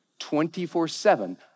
24-7